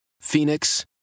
Phoenix